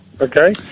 Okay